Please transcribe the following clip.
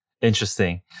Interesting